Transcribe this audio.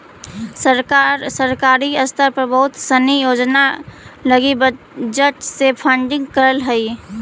सरकार सरकारी स्तर पर बहुत सनी योजना लगी बजट से फंडिंग करऽ हई